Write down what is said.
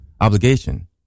obligation